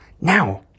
Now